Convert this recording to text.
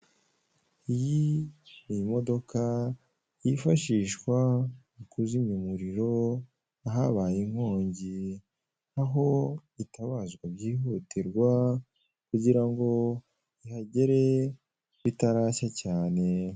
iyi ni imodoka yifashijwa kuzimya umuriro ahabaye inkongi aho itabazwa byihutirwa kugirango ihagere itarashya cyane .